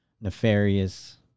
nefarious